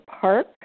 park